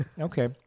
Okay